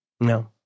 No